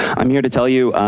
i'm here to tell you,